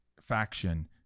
faction